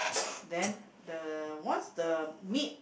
then the once the meat